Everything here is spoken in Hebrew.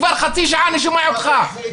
כבר חצי שעה אני שומע אותך מדבר על זה.